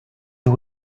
you